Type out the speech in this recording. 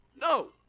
No